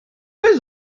bei